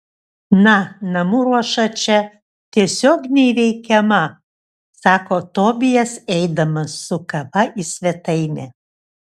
na namų ruoša čia tiesiog neįveikiama sako tobijas eidamas su kava į svetainę